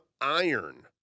Iron